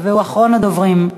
הוא אחרון הדוברים.